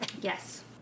Yes